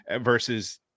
versus